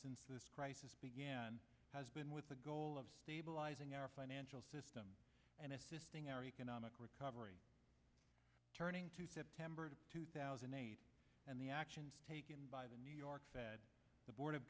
since this crisis began has been with the goal of stabilizing our financial system and assisting our economic recovery turning to september of two thousand and eight and the actions taken by the new york fed the board of